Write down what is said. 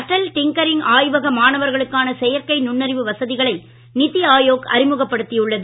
Atal tinkering ஆய்வக மாணவர்களுக்கான செயற்கை நுண்ணறிவு வசதிகளை நிதி ஆயோக் அறிமுகப்படுத்தியுள்ளது